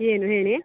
ಏನು ಹೇಳಿ